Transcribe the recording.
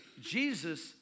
Jesus